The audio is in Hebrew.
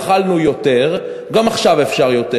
יכולנו יותר וגם עכשיו אפשר יותר,